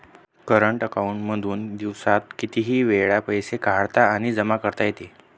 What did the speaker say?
current account मधून दिवसात कितीही वेळ पैसे काढता आणि जमा करता येतात